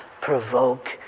provoke